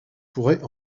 pourraient